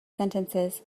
sentences